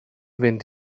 fynd